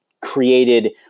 created